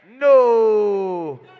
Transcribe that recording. No